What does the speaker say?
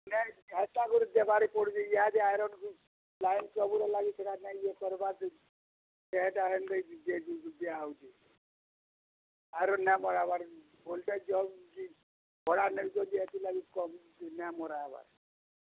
ନାଇଁ ହେନ୍ତା କରି ଦେବାରେ ପଡ଼ୁଚେ ଇହାଦେ ଆଇରନ୍କୁ ଲାଇନ୍ ସବୁରେ ଲାଗିଚି ସେଟା ନାଇଁ ଇଏ କର୍ବା ତ ହେଟା ହେମ୍ତି ଦିଆହଉଚେ ଆରୁ ନାଇଁ ମରାହେବାର୍ ଭୋଲ୍ଟେଜ୍ ଜି ହେଥିର୍ ଲାଗି କମ୍ ନାଇଁ ମରାହେବାର୍